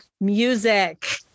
music